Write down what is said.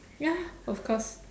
ya of course